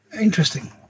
interesting